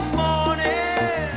morning